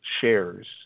shares